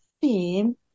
theme